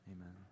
Amen